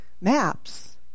maps